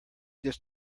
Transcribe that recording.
this